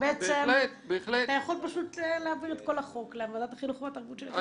בעצם אתה יכול פשוט להעביר את כל החוק לוועדת החינוך והתרבות של הכנסת.